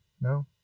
No